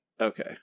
okay